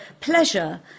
pleasure